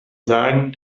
sagen